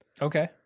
Okay